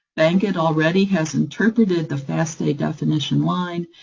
bankit already has interpreted the fasta definition line,